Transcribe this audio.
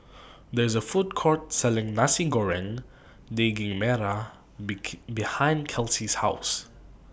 There IS A Food Court Selling Nasi Goreng Daging Merah behind Kelsi's House